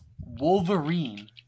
Wolverine